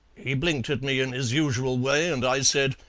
he blinked at me in his usual way, and i said,